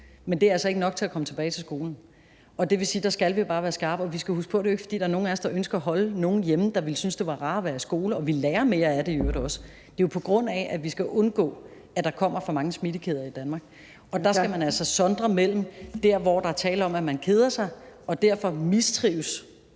Men det er altså ikke nok til at komme tilbage til skolen. Og det vil sige, at der skal vi bare være skarpe. Og vi skal huske på, at det jo ikke er, fordi der er nogen af os, der ønsker at holde nogen hjemme, der ville synes, det var rarere at være i skole – og i øvrigt også ville lære mere af det. Det er jo, på grund af at vi skal undgå, at der kommer for mange smittekæder i Danmark. Og der skal man altså sondre mellem der, hvor der er tale om, at man keder sig og derfor mistrives,